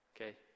Okay